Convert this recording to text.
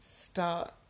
start